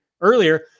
earlier